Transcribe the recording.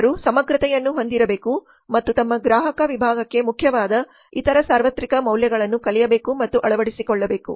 ಅವರು ಸಮಗ್ರತೆಯನ್ನು ಹೊಂದಿರಬೇಕು ಮತ್ತು ತಮ್ಮ ಗ್ರಾಹಕ ವಿಭಾಗಕ್ಕೆ ಮುಖ್ಯವಾದ ಇತರ ಸಾರ್ವತ್ರಿಕ ಮೌಲ್ಯಗಳನ್ನು ಕಲಿಯಬೇಕು ಮತ್ತು ಅಳವಡಿಸಿಕೊಳ್ಳಬೇಕು